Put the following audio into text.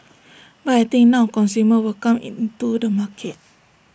but I think now consumers will come in to the market